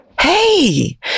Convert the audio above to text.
Hey